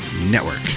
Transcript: Network